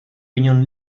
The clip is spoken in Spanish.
piñón